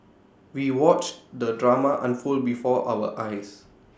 we watched the drama unfold before our eyes